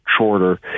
shorter